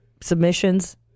submissions